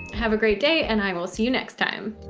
have a great day and i will see you next time!